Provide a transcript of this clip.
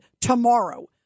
tomorrow